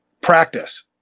practice